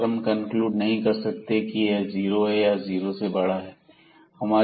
यहां पर हम यह कनक्लूड नहीं कर सकते कि यह 0 या 0 से बड़ा होगा